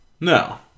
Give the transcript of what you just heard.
No